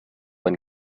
when